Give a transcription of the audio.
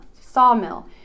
sawmill